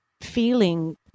feeling